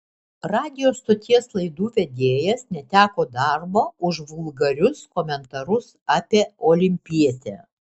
radijo stoties laidų vedėjas neteko darbo už vulgarius komentarus apie olimpietę